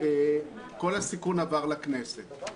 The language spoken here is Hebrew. כל הסיכון עבר לכנסת.